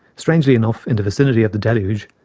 strangely enough in the vicinity of the deluge,